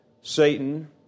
Satan